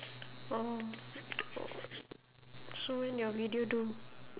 orh so when your video due